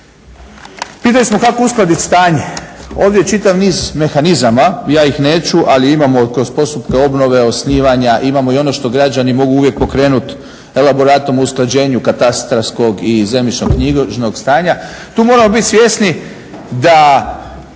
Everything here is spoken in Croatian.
Pitali smo kako uskladiti stanje. Ovdje je čitav niz mehanizama. Ja ih neću, ali imamo kroz postupke obnove, osnivanja, imamo i ono što građani mogu uvijek pokrenuti elaboratom o usklađenju katastarskog i zemljišno-knjižnog stanja. Tu moramo bit svjesni da